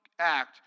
act